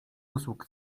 usług